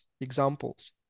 examples